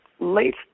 Late